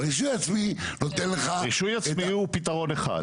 רישוי עצמי נותן לך את --- רישוי עצמי הוא פתרון אחד.